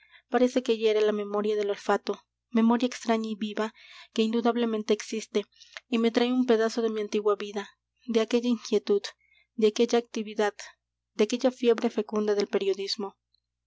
parece que hiere la memoria del olfato memoria extraña y viva que indudablemente existe y me trae un pedazo de mi antigua vida de aquella inquietud de aquella actividad de aquella fiebre fecunda del periodismo